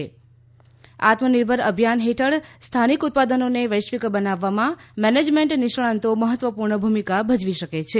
તેમણે કહ્યું કે આત્મનિર્ભર અબિયાન હેઠળ સ્થાનિક ઉત્પાદનોને વૈશ્વિક બનાવવામાં મેનેજમેન્ટ નિષ્ણાતો મહત્વપૂર્ણ ભૂમિકા ભજવી શકે છે